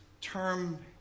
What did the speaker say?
term